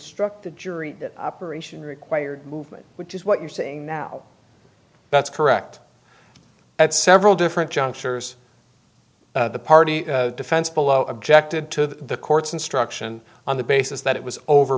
instruct the jury that operation required movement which is what you're saying now that's correct at several different junctures the party defense below objected to the court's instruction on the basis that it was over